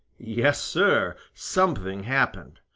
yes, sir, something happened.